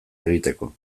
egiteko